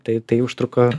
tai tai užtruko